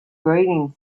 grating